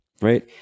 right